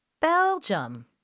Belgium